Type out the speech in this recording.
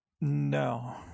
No